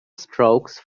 strokes